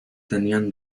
tenía